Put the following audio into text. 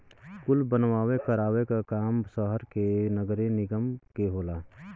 कुल बनवावे करावे क काम सहर मे नगरे निगम के होला